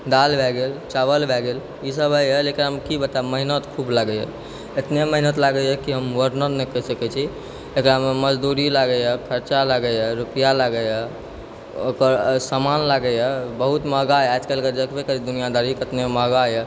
दालि भए गेल चावल भए गेल ई सब भए गेल एकरामे की बतायब मेहनत खूब लागै यऽ एतना मेहनत लागै यऽ कि हम वर्णन नहि कैर सकै छी एकरामे मजदूरी लागै यऽ खर्चा लागै यऽ रुपआ लागै यऽ ओकर सामान लागै यऽ बहुत महगा आजकल कऽ देखबे करै छियै दुनियादारी केतना महगा यऽ